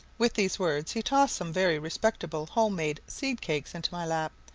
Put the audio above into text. with these words he tossed some very respectable home-made seed-cakes into my lap,